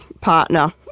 partner